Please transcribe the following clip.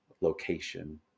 location